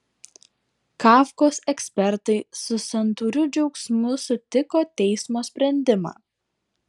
kafkos ekspertai su santūriu džiaugsmu sutiko teismo sprendimą